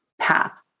path